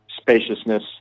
spaciousness